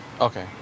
Okay